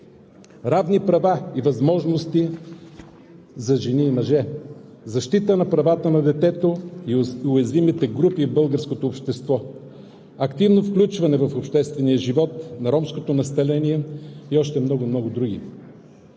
равни права и възможности за жени и мъже; защита на правата на детето и уязвимите групи в българското общество; активно включване в обществения живот на ромското население и още много, много други.